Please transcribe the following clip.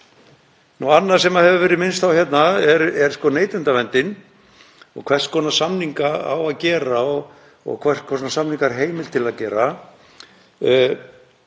Annað sem hefur verið minnst á er neytendaverndin og hvers konar samninga á að gera og hvers konar samningaheimild á að gera.